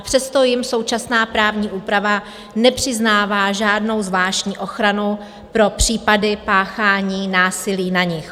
Přesto jim současná právní úprava nepřiznává žádnou zvláštní ochranu pro případy páchání násilí na nich.